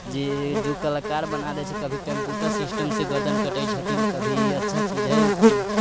जे जो कलाकार बना दैत छै कभी कम्प्यूटर सिस्टमसँ गर्दन कटैत छथिन कभी अच्छा चीज हइ